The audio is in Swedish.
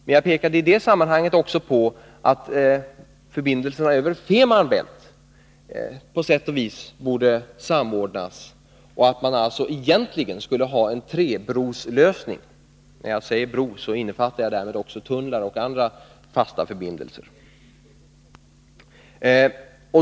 Men jag pekade i det sammanhanget också på att förbindelserna över Femern Bält på sätt och vis borde samordnas och att man alltså egentligen skulle ha en tre-bros-lösning. När jag säger bro innefattar jag också tunnlar och andra fasta förbindelser.